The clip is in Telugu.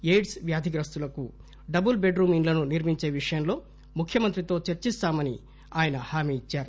ఎయిడ్స్ వ్యాధి గ్రస్తులకు డబుల్ బెడ్ రూమ్ ఇళ్లను నిర్మించే విషయంలో ముఖ్యమంత్రితో చర్చిస్తానని ఆయన హామీ ఇచ్చారు